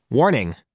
Warning